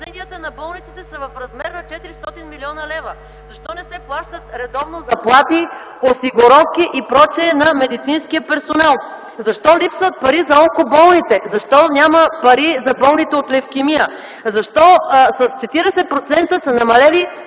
Защо не се плащат редовно заплати, осигуровки и пр. на медицинския персонал? Защо липсват пари за онкоболните? Защо няма пари за болните от левкемия? Защо с 40% са намалели